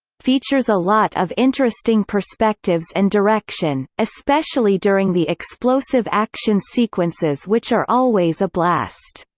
features a lot of interesting perspectives and direction, especially during the explosive action sequences which are always a blast,